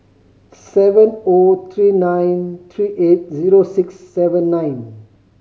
seven O three nine three eight zero six seven nine